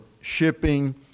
shipping